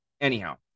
Anyhow